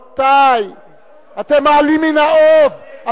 אתם מעלים מן האוב,